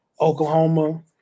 Oklahoma